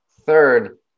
third